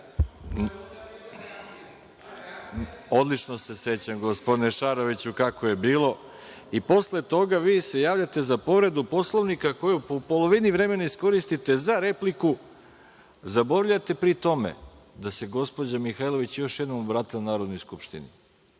se sećam, gospodine Šaroviću, kako je bilo. Posle toga se vi javljate za povredu Poslovnika i polovinu vremena iskoristite za repliku, a zaboravljate pri tome da se gospođa Mihajlović još jednom obratila Narodnoj skupštini